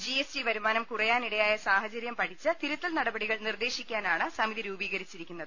G S T വരുമാനം കുറയാനിടയായ സാഹചര്യം പഠിച്ച് തിരു ത്തൽ നടപടികൾ നിർദ്ദേശിക്കാനാണ് സമിതി രൂപീകരിച്ചി രിക്കുന്നത്